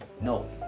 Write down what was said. no